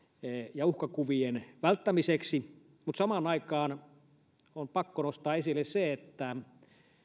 ja uhkakuvien välttämiseksi mutta samaan aikaan on pakko nostaa esille se että